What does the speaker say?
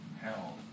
hell